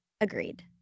Agreed